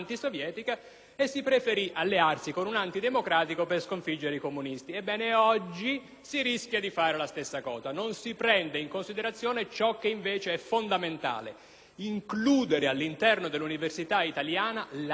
e si preferì allearsi con un antidemocratico per sconfiggere i comunisti. Ebbene, oggi si rischia di fare la stessa cosa; non si prende in considerazione ciò che invece è fondamentale: includere all'interno dell'università italiana la libertà.